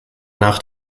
nach